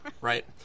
right